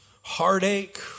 heartache